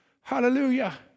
Hallelujah